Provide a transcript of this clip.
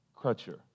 Crutcher